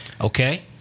Okay